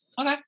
Okay